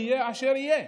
יהיה אשר יהיה,